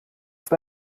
ist